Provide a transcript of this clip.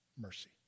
Mercy